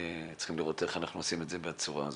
וצריך לראות איך אנחנו עושים את זה בצורה הזאת.